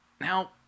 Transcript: now